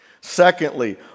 Secondly